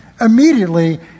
immediately